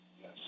Yes